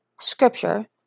Scripture